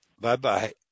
Bye-bye